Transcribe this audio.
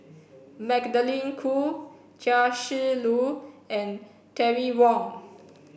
Magdalene Khoo Chia Shi Lu and Terry Wong